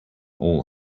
all